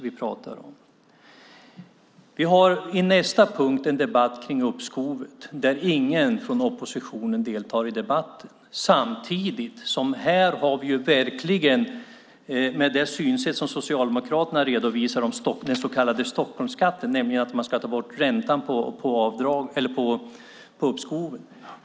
Vi ska under nästa punkt ha en debatt om uppskovet. Ingen från oppositionen tänker delta i debatten. Socialdemokraterna redovisar samtidigt sitt synsätt på den så kallade Stockholmsskatten, nämligen att ta bort räntan på uppskovet.